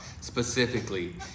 specifically